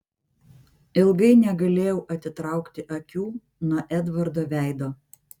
ilgai negalėjau atitraukti akių nuo edvardo veido